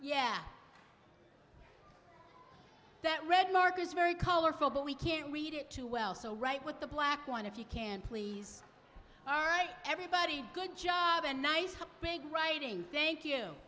yes that red mark is very colorful but we can't read it too well so right with the black one if you can please all right everybody good job and nice big writing thank you